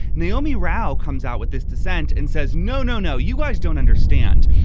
naomi rao comes out with this dissent and says no no no you guys don't understand.